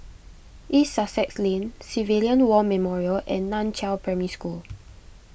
East Sussex Lane Civilian War Memorial and Nan Chiau Primary School